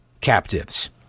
captives